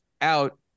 out